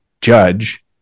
judge